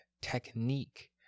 technique